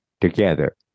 together